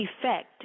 effect